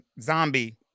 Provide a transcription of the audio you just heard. zombie